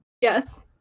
Yes